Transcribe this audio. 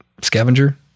scavenger